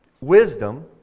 Wisdom